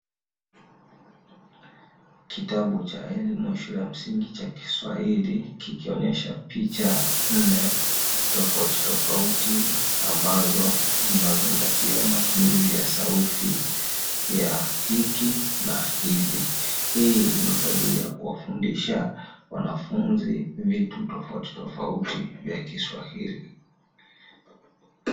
Kitabu cha elimu shule ya msingi cha kiswahili kikionyesha picha nne tofautitofauti, ambazo zinazozingatia matumizi ya sarufi ya hiki na hivi hii ni kwa ajili ya kuwafundisha wanafunzi vitu tofauti tofauti vya kiswahili.